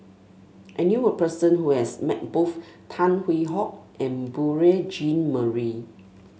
I knew a person who has met both Tan Hwee Hock and Beurel Jean Marie